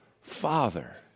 father